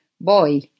Boy